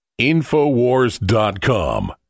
Infowars.com